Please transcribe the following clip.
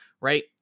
Right